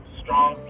strong